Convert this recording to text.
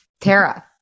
Tara